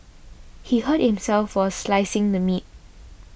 he hurt himself while slicing the meat